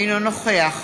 אינו נוכח